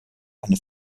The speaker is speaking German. eine